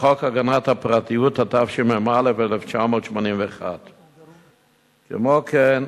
וחוק הגנת הפרטיות, התשמ"א 1981. כמו כן,